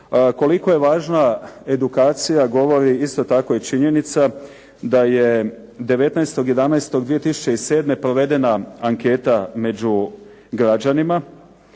Koliko je važna edukacija govori isto tako i činjenica da je 19. 11. 2007. provedena anketa među građanima